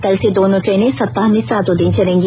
कल से दोनों ट्रेनें सप्ताह में सातों दिन चलेंगी